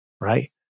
right